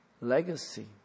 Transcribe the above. legacy